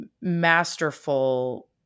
masterful